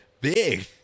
big